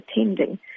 attending